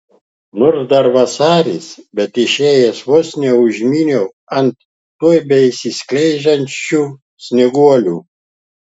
nors dar vasaris bet išėjęs vos neužmyniau ant tuoj besiskleisiančių snieguolių